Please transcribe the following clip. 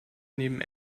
neben